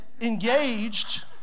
engaged